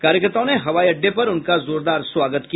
कार्यकर्ताओं ने हवाई अड्डे पर उनका जोरदार स्वागत किया